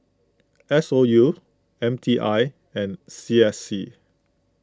S O U M T I and C S C